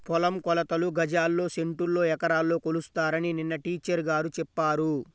పొలం కొలతలు గజాల్లో, సెంటుల్లో, ఎకరాల్లో కొలుస్తారని నిన్న టీచర్ గారు చెప్పారు